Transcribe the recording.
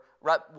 right